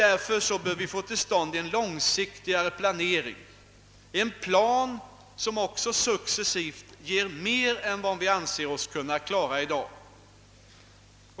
Därför bör vi få till stånd en mera långsiktig planering, en plan som ock så successivt ger mer än vad vi anser oss kunna klara i dag.